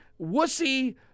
wussy